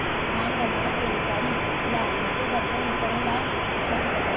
धान गन्ना के ऊंचाई ला नापे बर कोन उपकरण ला कर सकथन?